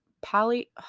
poly